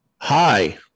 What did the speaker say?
Hi